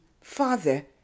Father